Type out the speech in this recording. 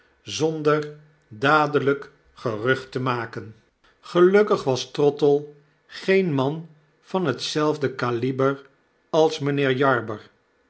zonder dadelp gerucnt te maken gelukkig was trottle geen man van hetzelfde kaliber als mijnheer